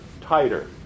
tighter